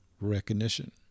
recognition